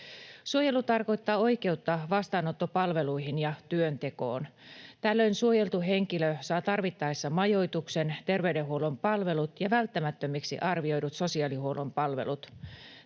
Suojelu tarkoittaa oikeutta vastaanottopalveluihin ja työntekoon. Tällöin suojeltu henkilö saa tarvittaessa majoituksen, terveydenhuollon palvelut ja välttämättömiksi arvioidut sosiaalihuollon palvelut.